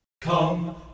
Come